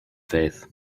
faith